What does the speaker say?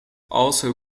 also